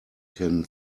can